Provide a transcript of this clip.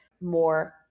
more